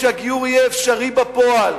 ושהגיור יהיה אפשרי בפועל.